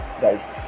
guys